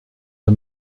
the